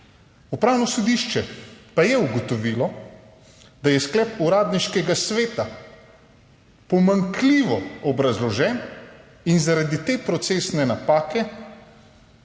Upravno sodišče pa je ugotovilo, da je sklep Uradniškega sveta pomanjkljivo obrazložen in zaradi te procesne napake